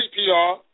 CPR